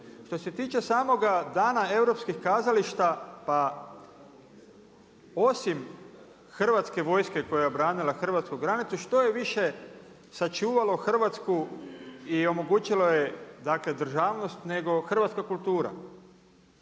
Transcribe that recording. Što se tiče samoga Dana europskih kazališta pa osim Hrvatske vojske koja je obranila hrvatsku granicu što je više sačuvalo Hrvatsku i omogućilo joj dakle državnost nego hrvatska kultura?